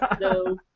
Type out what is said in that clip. No